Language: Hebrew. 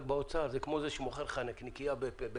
רק באוצר זה כמו זה שמוכר לך נקניקייה בלחמנייה.